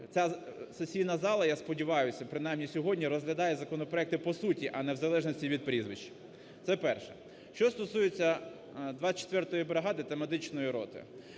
ця сесійна зала, я сподіваюсь, принаймні, сьогодні розглядає законопроекти по суті, а не в залежності від прізвища. Це перше. Що стосується 24 бригади та медичної роти.